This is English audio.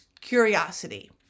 curiosity